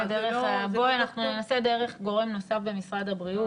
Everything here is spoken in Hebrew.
אנחנו ננסה דרך גורם נוסף במשרד הבריאות,